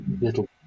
little